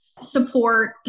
support